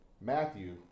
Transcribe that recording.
Matthew